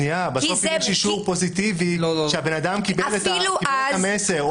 בסוף אם יש אישור פוזיטיבי שהבן אדם קיבל את המסר,